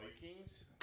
Vikings